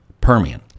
Permian